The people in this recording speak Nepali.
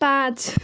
पाँच